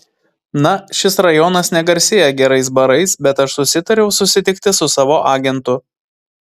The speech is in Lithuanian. na šis rajonas negarsėja gerais barais bet aš susitariau susitikti su savo agentu